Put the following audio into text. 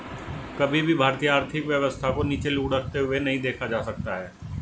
कभी भी भारतीय आर्थिक व्यवस्था को नीचे लुढ़कते हुए नहीं देखा जाता है